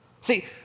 See